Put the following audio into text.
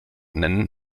nennen